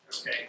Okay